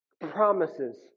promises